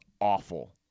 Awful